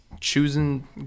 choosing